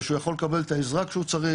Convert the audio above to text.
שהוא יכול לקבל את העזרה כשהוא צריך,